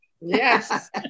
Yes